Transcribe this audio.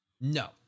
no